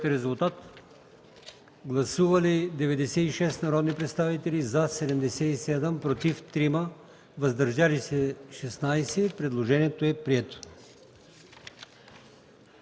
гласуваме. Гласували 119 народни представители: за 82, против 11, въздържали се 26. Предложението е прието.